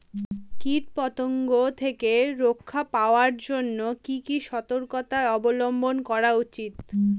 কীটপতঙ্গ থেকে রক্ষা পাওয়ার জন্য কি কি সর্তকতা অবলম্বন করা উচিৎ?